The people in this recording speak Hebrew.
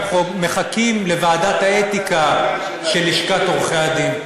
אנחנו מחכים לוועדת האתיקה של לשכת עורכי-הדין,